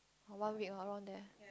one week around there